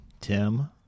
Tim